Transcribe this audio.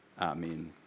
Amen